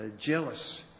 Jealous